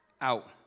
out